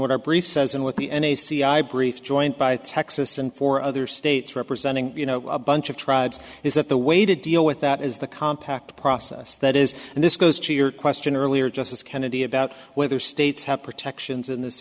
what our brief says and what the n a c i brief joined by texas and four other states representing you know a bunch of tribes is that the way to deal with that is the compact process that is and this goes to your question earlier justice kennedy about whether states have protections in this